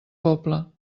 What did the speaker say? poble